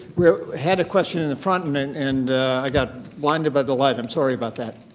we had a question in the front and and and i got blinded by the light. i'm sorry about that.